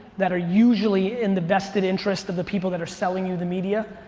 that are usually in the vested interest of the people that are selling you the media.